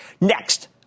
Next